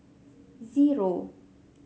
zero